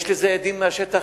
יש לזה הדים מהשטח,